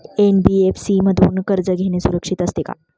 NBFC मधून कर्ज घेणे सुरक्षित असते का?